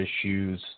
issues